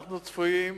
אנחנו צפויים אולי,